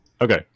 Okay